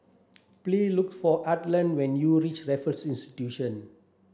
please look for Arland when you reach Raffles Institution